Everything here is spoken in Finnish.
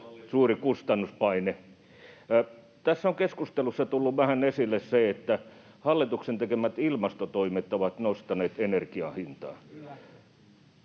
suuri kustannuspaine. Tässä on keskustelussa tullut vähän esille se, että hallituksen tekemät ilmastotoimet ovat nostaneet energian hintaa.